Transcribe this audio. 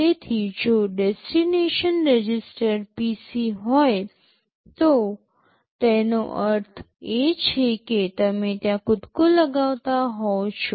તેથી જો destination register PC હોય તો તેનો અર્થ એ છે કે તમે ત્યાં કૂદકો લગાવતા હોવ છો